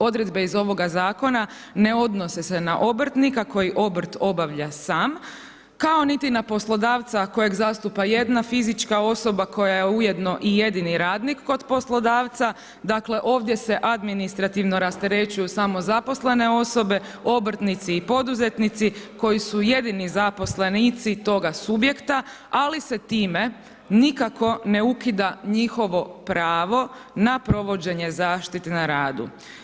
Odredbe iz ovoga zakona ne odnose se na obrtnika koji obrt obavlja sam, kao niti na poslodavca kojeg zastupa jedna fizička osoba koja je ujedno i jedini radnik kod poslodavca, dakle ovdje se administrativno rasterećuju samo zaposlene osobe, obrtnici i poduzetnici koji su jedini zaposlenici toga subjekta, ali se time nikako ne ukida njihovo pravo na provođenje zaštite na radu.